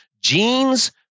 Genes